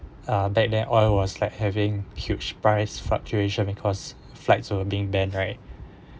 uh back then oil was like having huge price fluctuation because flights were being banned right